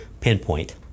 pinpoint